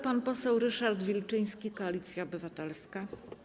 Pan poseł Ryszard Wilczyński, Koalicja Obywatelska.